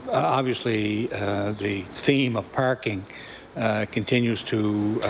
obviously the theme of parking continues to